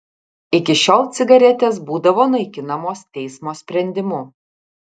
iki šiol cigaretės būdavo naikinamos teismo sprendimu